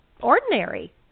ordinary